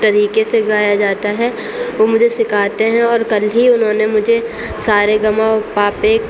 طریقے سے گایا جاتا ہے وہ مجھے سکھاتے ہیں اور کل ہی انہوں نے مجھے سارے گاما پا پہ